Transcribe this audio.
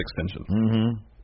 extension